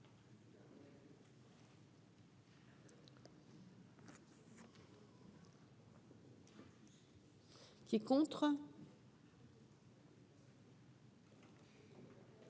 qui est contre